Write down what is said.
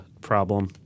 problem